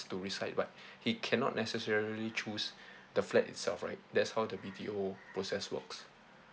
to reside but he cannot necessarily choose the flat itself right that's how the B_T_O process works